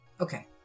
Okay